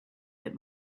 that